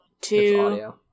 two